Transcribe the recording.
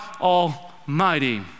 Almighty